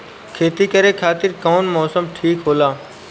खेती करे खातिर कौन मौसम ठीक होला?